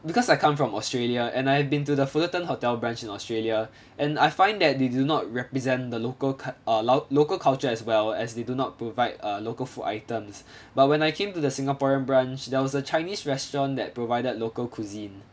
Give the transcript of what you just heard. because I come from australia and I've been to the fullerton hotel branch in australia and I find that they do not represent the local cul~ err local culture as well as they do not provide uh local food items but when I came to the singaporean branch there was a chinese restaurant that provided local cuisine